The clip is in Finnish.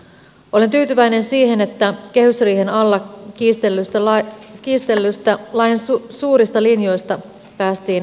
olen tyytyväinen siihen että kehysriihen alla kiistellyistä lain suurista linjoista päästiin sopuun